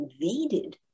invaded